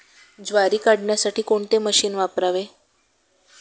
ज्वारी काढण्यासाठी कोणते मशीन वापरावे?